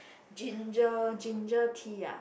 ginger ginger tea ah